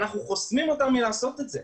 ואנחנו חוסמים אותם מלעשות את זה.